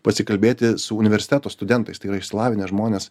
pasikalbėti su universiteto studentais tai yra išsilavinę žmonės